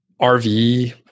RV